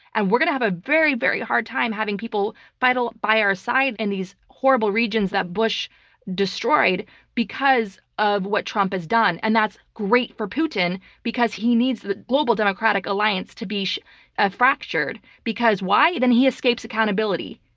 and we're going to have a very, very hard time having people fight ah by our side in these horrible regions that bush destroyed because of what trump has done. and that's great for putin, because he needs the global democratic alliance to be ah fractured. because why? then he escapes accountability.